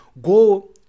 Go